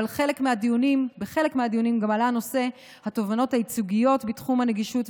אבל בחלק מהדיונים עלה גם נושא התובענות הייצוגיות בתחום הנגישות,